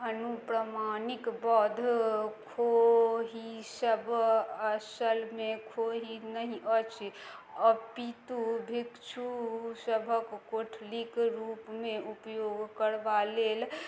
अनुप्रामाणिक बौद्ध खोहिसब असलमे खोहि नहि अछि अपितु भिक्षुसभके कोठलीके रूपमे उपयोग करबा लेल